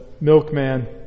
milkman